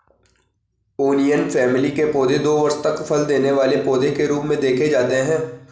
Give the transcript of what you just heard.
onion family के पौधे दो वर्ष तक फल देने वाले पौधे के रूप में देखे जाते हैं